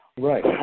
Right